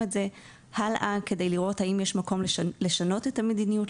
את זה הלאה כדי לראות האם יש מקום לשנות את המדיניות,